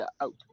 out